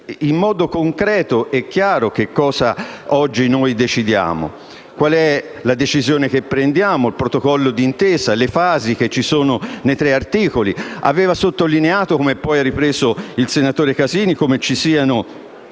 in modo concreto e chiaro cosa decidiamo oggi, qual è la decisione che prendiamo, il Protocollo d'intesa, le fasi previste nei tre articoli. Aveva sottolineato, come poi ha ripreso il senatore Casini, come ci siano